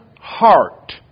heart